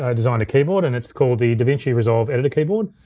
ah designed a keyboard, and it's called the davinci resolve editor keyboard.